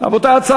(תיקון מס'